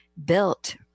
built